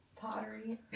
Pottery